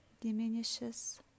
diminishes